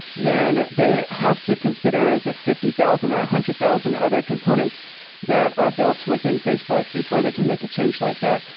then they have to consider the fifty thousand or one hundred thousand other components that are built within facebook before they can make a change like that.